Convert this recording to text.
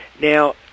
Now